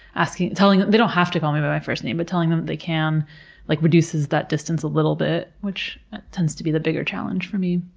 asking, they don't have to call me by my first name, but telling them they can like reduces that distance a little bit, which tends to be the bigger challenge for me.